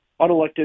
unelected